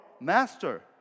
master